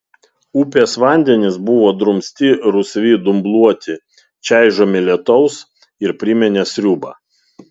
upės vandenys buvo drumsti rusvi dumbluoti čaižomi lietaus ir priminė sriubą